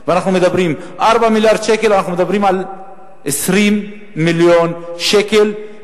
בשנת 2009. ואנחנו מדברים על 4 מיליארד שקל.